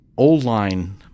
Old-line